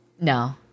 No